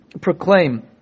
proclaim